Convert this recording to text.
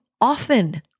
often